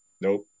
Nope